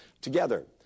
Together